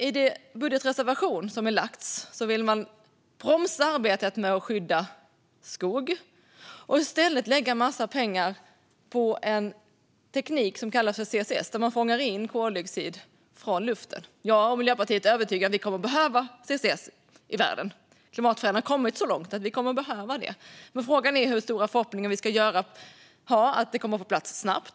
I den budgetreservation som finns i betänkandet vill man bromsa arbetet med att skydda skog och i stället lägga en massa pengar på teknik, CCS, där man fångar in koldioxid från luften. Jag och Miljöpartiet är övertygade om att vi kommer att behöva CCS i världen. Klimatförändringarna har kommit så långt att CCS behövs. Men frågan är hur stora förhoppningar vi ska göra på att CCS kommer på plats snabbt.